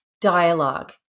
dialogue